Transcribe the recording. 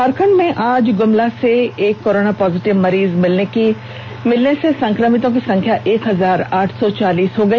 झारखंड में आज गुमला से एक कोरोना पॉजिटिव मरीज मिलने से संक्रमितों की संख्या एक हजार आठ सौ चालीस हुई